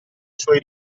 suoi